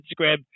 Instagram